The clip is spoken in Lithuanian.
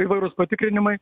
įvairūs patikrinimai